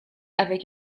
avec